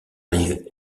rive